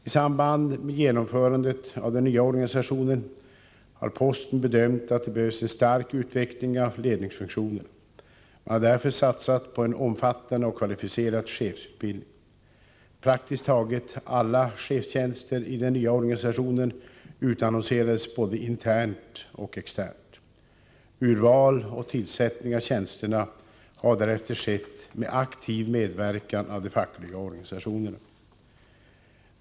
I samband med genomförandet av den nya organisationen har posten bedömt att det behövs en stark utveckling av ledningsfunktionerna. Man har därför satsat på en omfattande och kvalificerad chefsutbildning. Praktiskt taget alla chefstjänster i den nya organisationen utannonserades både internt och externt. Urval och tillsättning av tjänsterna har därefter skett med aktiv medverkan av de fackliga organisationerna.